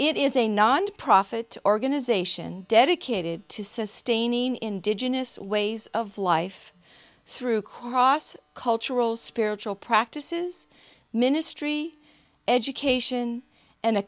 it is a nonprofit organization dedicated to sustaining indigenous ways of life through cross cultural spiritual practices ministry education and a